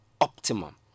optimum